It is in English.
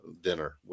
dinner